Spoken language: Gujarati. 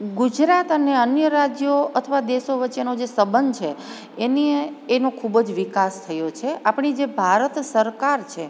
ગુજરાત અને અન્ય રાજ્યો અથવા દેશો વચ્ચેનો જે સંબંધ છે એને એનું ખૂબજ વિકાસ થયો છે આપણી જે ભારત સરકાર છે